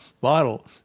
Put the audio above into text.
bottle